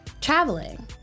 traveling